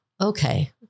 okay